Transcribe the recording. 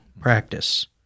practice